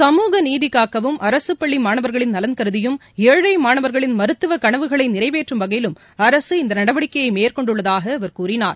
சமூக நீதி காக்கவும் அரசுப்பள்ளி மாணவர்களின் நலன்கருதியும் ஏழை மாணவர்களின் மருத்துவ களவுகளை நிறைவேற்றும் வகையிலும் அரசு இந்த நடவடிக்கையை மேற்கொண்டுள்ளதாக அவர் கூறினார்